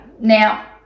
Now